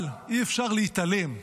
אבל אי-אפשר להתעלם,